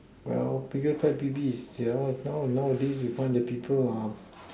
well biggest pet peeves is nowadays you find the people ah